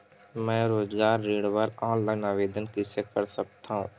मैं रोजगार ऋण बर ऑनलाइन आवेदन कइसे कर सकथव?